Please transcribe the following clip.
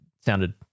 sounded